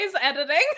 editing